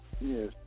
Yes